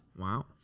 Wow